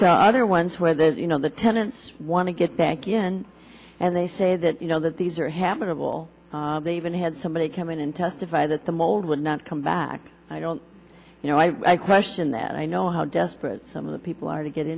saw other ones where there's you know the tenants want to get back again and they say that you know that these are habitable they even had somebody come in and testify that the mold would not come back i don't you know i i question that i know how desperate some of the people are to get